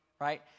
right